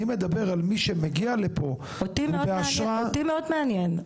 מעניין אותי מי שמגיע לפה ובאשרה --- אותי מאוד עניין.